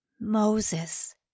Moses